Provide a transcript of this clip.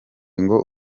ngo